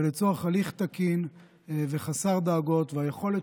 לצורך הליך תקין וחסר דאגות והיכולת